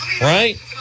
right